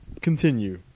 Continue